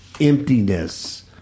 emptiness